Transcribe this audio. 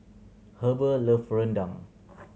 Heber love rendang